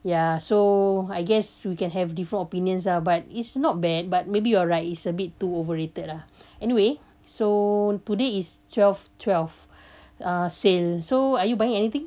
ya so I guess we can have different opinions ah but it's not bad but maybe you are right it's a bit too overrated lah anyway so today is twelve twelve uh sale so are you buying anything